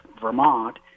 Vermont